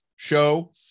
show